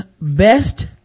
best